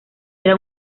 era